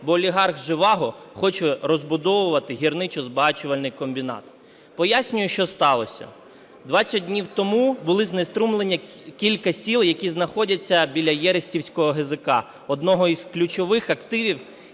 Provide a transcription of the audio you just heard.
бо олігарх Жеваго хоче розбудовувати гірничо-збагачувальний комбінат. Пояснюю, що сталося. 20 днів тому були знеструмлені кілька сіл, які знаходяться біля Єристівського ГЗК, одного з ключових активів,